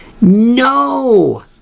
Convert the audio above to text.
no